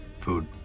food